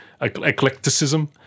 eclecticism